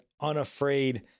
unafraid